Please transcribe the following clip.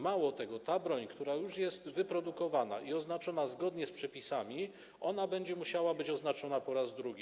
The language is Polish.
Mało tego, ta broń, która już jest wyprodukowana i oznaczona zgodnie z przepisami, będzie musiała być oznaczona po raz drugi.